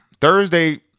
Thursday